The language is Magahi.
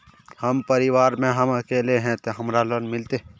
हम परिवार में हम अकेले है ते हमरा लोन मिलते?